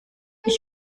ich